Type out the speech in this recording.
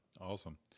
awesome